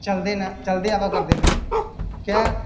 चलदे न चलदे आवा करदे न क्या